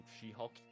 She-Hulk